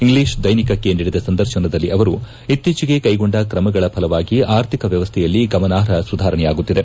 English ದೈನಿಕಕ್ಕೆ ನೀಡಿದ ಸಂದರ್ಶನದಲ್ಲಿ ಅವರು ಇತ್ತೀಚೆಗೆ ಕೈಗೊಂಡ ತ್ರಮಗಳ ಫಲವಾಗಿ ಆರ್ಥಿಕ ವ್ಯವಸ್ಥೆಯಲ್ಲಿ ಗಮನಾರ್ಷ ಸುಧಾರಣೆಯಾಗುತ್ತಿದೆ